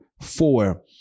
four